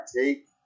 take